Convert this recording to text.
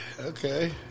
Okay